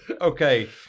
Okay